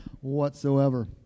whatsoever